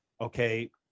okay